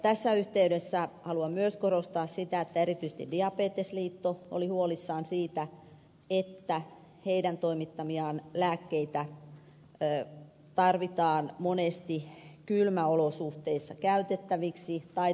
tässä yhteydessä haluan myös korostaa sitä että erityisesti diabetesliitto oli huolissaan siitä että sen toimittamia lääkkeitä tarvitaan monesti kylmäolosuhteissa käytettäviksi tai toimitettaviksi